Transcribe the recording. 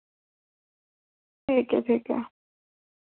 ठीक ऐ ठीक ऐ